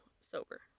sober